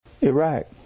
Iraq